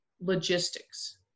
logistics